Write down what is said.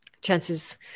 Chance's